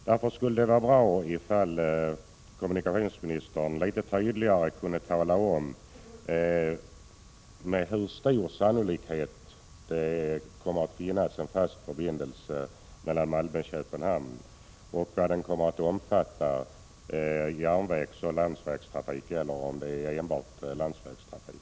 Det skulle därför vara bra om kommunikationsministern litet tydligare kunde tala om med hur stor sannolikhet det kommer att bli en fast förbindelse mellan Malmö och Köpenhamn och vad den i så fall kommer att omfatta — järnvägsoch landsvägstrafik eller enbart landsvägstrafik?